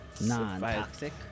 Non-toxic